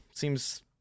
seems